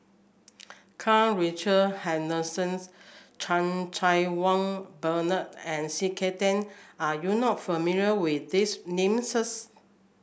Karl Richard Hanitsch Chan Cheng Wah Bernard and C K Tang are you not familiar with these names